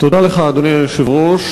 תודה לך, אדוני היושב-ראש.